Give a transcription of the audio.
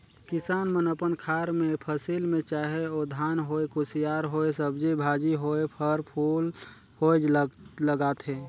किसान मन अपन खार मे फसिल में चाहे ओ धान होए, कुसियार होए, सब्जी भाजी होए, फर फूल होए लगाथे